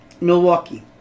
Milwaukee